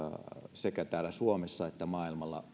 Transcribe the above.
sekä täällä suomessa että maailmalla